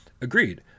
Agreed